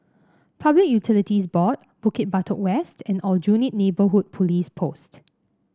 Public Utilities Board Bukit Batok West and Aljunied Neighbourhood Police Post